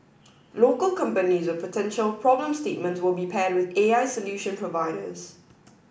local companies with potential problem statements will be paired with A I solution providers